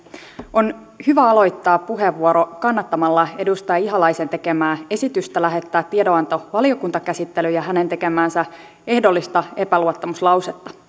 on hyvä aloittaa puheenvuoro kannattamalla edustaja ihalaisen tekemää esitystä lähettää tiedonanto valiokuntakäsittelyyn ja hänen tekemäänsä ehdollista epäluottamuslausetta